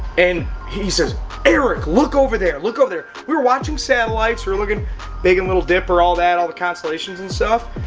and he says eric! look over there, look over there! we were watching satellites, we were looking big and little dipper all that, all the constellations and stuff.